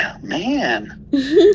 man